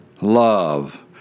love